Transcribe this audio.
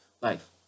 life